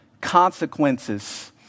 consequences